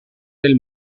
del